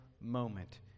moment